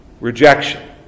rejection